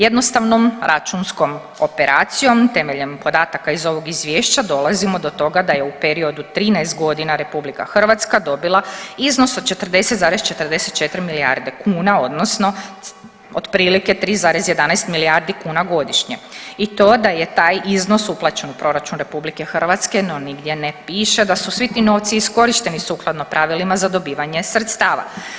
Jednostavnom računskom operacijom temeljem podataka iz ovog Izvješća dolazimo do toga da je u periodu 13 godina, RH dobila iznos od 40,44 milijarde kuna, odnosno otprilike 3,11 milijardi kuna godišnje i to da je taj iznos uplaćen u proračun RH, no nigdje ne piše da su svi ti novci iskorišteni sukladno pravilima za dobivanje sredstava.